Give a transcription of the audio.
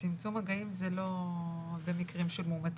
צמצום מגעים זה לא במקרים של מאומתים.